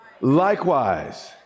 Likewise